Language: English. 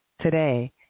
today